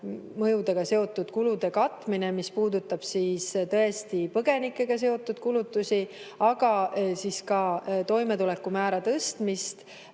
mõjudega seotud kulude katmine, mis puudutab põgenikega seotud kulutusi, aga ka toimetulekumäära tõstmist.